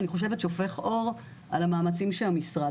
אני חושבת ששופך אור על המאמצים של המשרד.